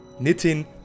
Nitin